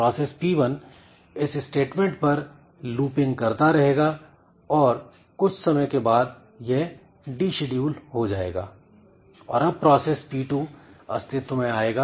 process P1 इस statement पर looping करता रहेगा और कुछ समय के बाद यह डीसीड्यूल हो जाएगा और अब प्रोसेस P2 अस्तित्व मैं आएगा